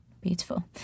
Beautiful